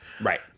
right